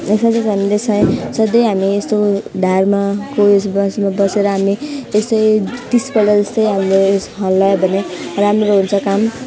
यसका साथै हामीले सायद सधैँ हामी यस्तो ढाडमा कोही यस्तोमा बसेर हामी यस्तो तिस पल्ट जस्तो हाम्रो यसो हल्लायो भने राम्रो हुन्छ काम